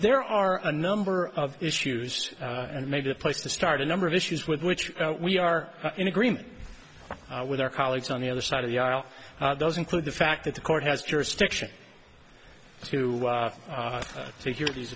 there are a number of issues and maybe a place to start a number of issues with which we are in agreement with our colleagues on the other side of the aisle does include the fact that the court has jurisdiction two securities